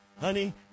Honey